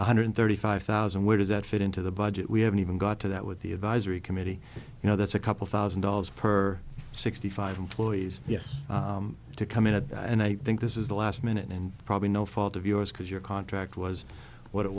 one hundred thirty five thousand where does that fit into the budget we haven't even got to that with the advisory committee you know that's a couple thousand dollars per sixty five employees yes to come in at and i think this is the last minute and probably no fault of yours because your contract was what it